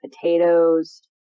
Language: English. potatoes